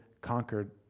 conquered